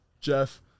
Jeff